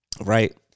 right